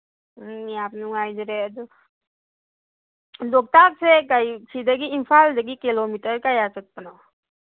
ꯎꯝ ꯌꯥꯝ ꯅꯨꯡꯉꯥꯏꯖꯔꯦ ꯑꯗꯨ ꯂꯣꯛꯇꯥꯛꯁꯦ ꯀꯩ ꯁꯤꯗꯒꯤ ꯏꯝꯐꯥꯜꯗꯒꯤ ꯀꯤꯂꯣꯃꯤꯇꯔ ꯀꯌꯥ ꯆꯠꯄꯅꯣ